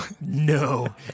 No